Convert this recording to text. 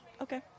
Okay